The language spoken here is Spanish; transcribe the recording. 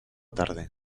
tarde